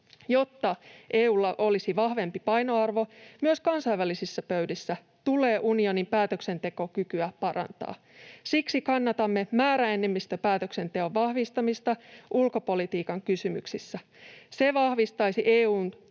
Jotta EU:lla olisi vahvempi painoarvo myös kansainvälisissä pöydissä, tulee unionin päätöksentekokykyä parantaa. Siksi kannatamme määräenemmistöpäätöksenteon vahvistamista ulkopolitiikan kysymyksissä. Se vahvistaisi EU:n